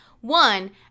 one